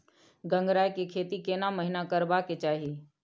गंगराय के खेती केना महिना करबा के चाही?